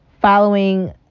Following